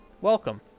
welcome